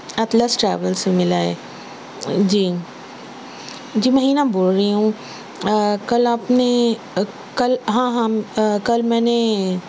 اطلس travel سے ملا ہے جی جی میں حنا بول رہی ہوں کل آپ نے کل ہاں ہاں کل میں نے